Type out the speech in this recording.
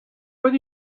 with